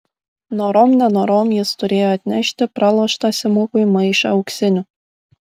norom nenorom jis turėjo atnešti praloštą simukui maišą auksinių